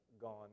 gone